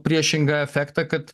priešingą efektą kad